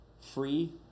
free